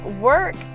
work